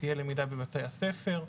שתהיה למידה בבתי הספר,